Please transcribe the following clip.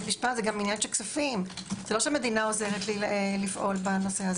זה לא שהמדינה עוזרת לפעול בנושא.